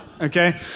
okay